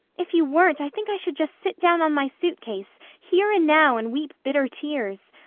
if you weren't i think i should just sit down on my suitcase, here and now, and weep bitter tears.